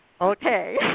Okay